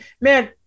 man